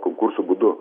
konkursų būdu